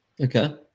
okay